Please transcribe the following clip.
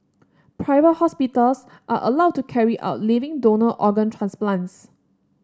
private hospitals are allowed to carry out living donor organ transplants